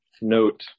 note